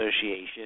Association